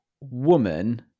woman